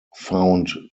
found